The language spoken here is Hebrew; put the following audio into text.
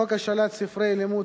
חוק השאלת ספרי לימוד